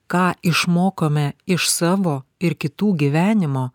ką išmokome iš savo ir kitų gyvenimo